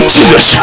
Jesus